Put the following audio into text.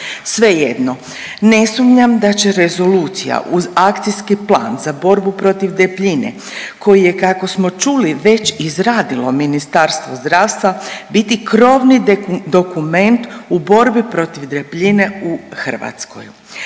Svejedno. Ne sumnjam da će Rezolucija uz Akcijski plan za borbu protiv debljine koji je kako smo čuli već izradilo Ministarstvo zdravstva biti krovni dokument u borbi protiv debljine u Hrvatskoj.